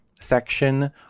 section